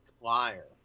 liar